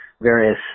various